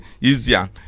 easier